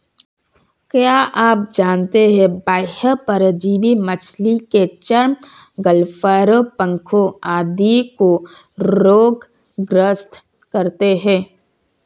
क्या आप जानते है बाह्य परजीवी मछली के चर्म, गलफड़ों, पंखों आदि को रोग ग्रस्त करते हैं?